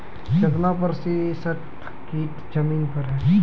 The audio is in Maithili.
कितना प्रतिसत कीट जमीन पर हैं?